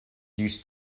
used